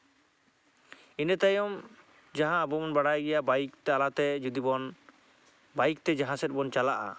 ᱤᱱᱟᱹ ᱛᱟᱭᱚᱢ ᱡᱟᱦᱟᱸ ᱟᱵᱚ ᱵᱚᱱ ᱵᱟᱲᱟᱭ ᱜᱮᱭᱟ ᱵᱟᱭᱤᱠ ᱛᱟᱞᱟᱛᱮ ᱡᱩᱫᱤ ᱵᱚᱱ ᱵᱟᱭᱤᱠᱛᱮ ᱡᱟᱦᱟᱸ ᱥᱮᱡ ᱵᱚᱱ ᱪᱟᱞᱟᱜᱼᱟ